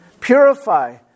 Purify